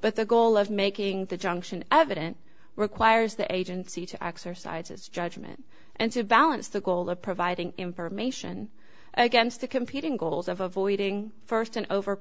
but the goal of making the junction evident requires the agency to exercise its judgment and to balance the goal of providing information against the competing goals of avoiding first and over